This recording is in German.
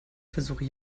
versuche